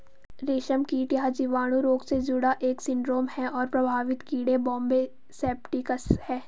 रेशमकीट यह जीवाणु रोग से जुड़ा एक सिंड्रोम है और प्रभावित कीड़े बॉम्बे सेप्टिकस है